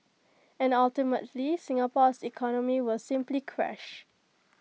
and ultimately Singapore's economy will simply crash